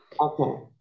Okay